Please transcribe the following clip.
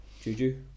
Juju